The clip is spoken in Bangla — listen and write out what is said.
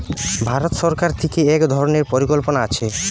ভারত সরকার থিকে এক ধরণের পরিকল্পনা আছে